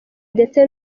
ndetse